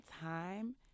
time